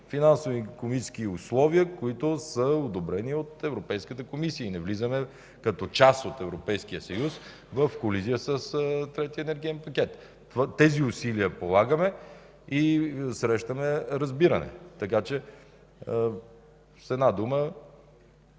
финансови и икономически условия, които са одобрени от Европейската комисия и като част от Европейския съюз не влизаме в колизия с трети енергиен пакет. Тези усилия полагаме и срещаме разбиране. Така че с една дума